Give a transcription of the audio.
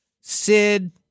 Sid